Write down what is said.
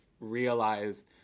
realize